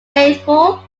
faithful